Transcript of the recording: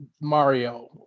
Mario